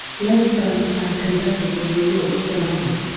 leonard bernstein conducted the new york philharmonic